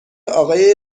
آقای